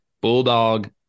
bulldog